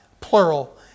plural